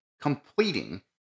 completing